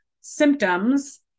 symptoms